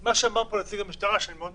מה שאמר פה נציג המשטרה, שאני מאוד